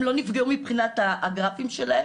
הם לא נפגעו מבחינת הגרפים שלהם,